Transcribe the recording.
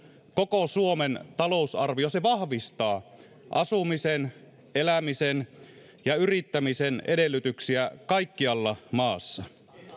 koko suomen talousarvio se vahvistaa asumisen elämisen ja yrittämisen edellytyksiä kaikkialla maassa